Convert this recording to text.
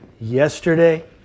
Yesterday